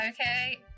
Okay